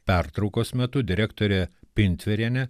pertraukos metu direktorė pintverienė